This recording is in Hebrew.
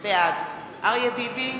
בעד אריה ביבי,